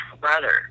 brother